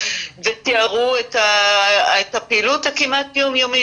ותיארו את הפעילות הכמעט יום-יומית,